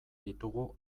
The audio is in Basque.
ditugu